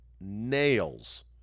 nails